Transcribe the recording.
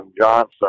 Johnson